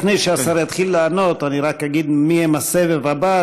לפני שהשר יתחיל לענות, רק אגיד מי בסבב הבא.